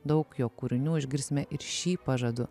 daug jo kūrinių išgirsime ir šį pažadu